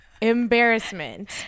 embarrassment